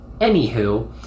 Anywho